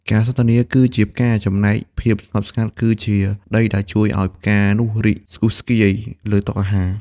ការសន្ទនាគឺជាផ្កា ចំណែកភាពស្ងប់ស្ងាត់គឺជាដីដែលជួយឱ្យផ្កានោះរីកស្គុស្គាយលើតុអាហារ។